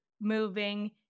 moving